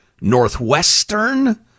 Northwestern